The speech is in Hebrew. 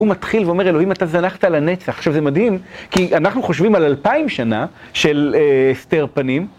הוא מתחיל ואומר אלוהים אתה זנחת לנצח, עכשיו זה מדהים כי אנחנו חושבים על אלפיים שנה של הסתר פנים.